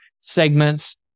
segments